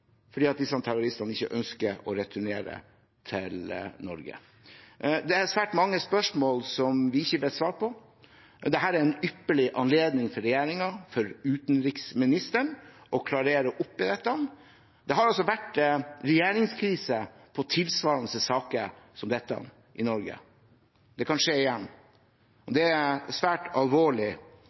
at disse terroristene ikke ønsker å returnere til Norge? Det er svært mange spørsmål som vi ikke vet svar på, men dette er en ypperlig anledning for regjeringen, for utenriksministeren, til å oppklare dette. Det har vært regjeringskrise på tilsvarende saker i Norge. Det kan skje igjen. Det er svært alvorlig